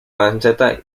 panceta